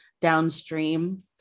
downstream